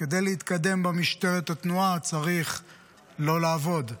כדי להתקדם במשטרת התנועה צריך לא לעבוד,